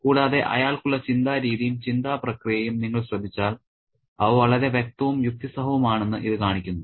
കൂടാതെ അയാൾക്കുള്ള ചിന്താ രീതിയും ചിന്താ പ്രക്രിയയും നിങ്ങൾ ശ്രദ്ധിച്ചാൽ അവ വളരെ വ്യക്തവും യുക്തിസഹവുമാണെന്ന് ഇത് കാണിക്കുന്നു